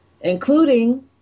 including